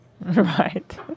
Right